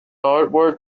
artwork